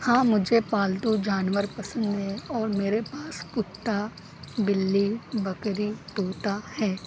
ہاں مجھے پالتو جانور پسند ہے اور میرے پاس کتا بلّی بکری طوطا ہے